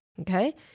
Okay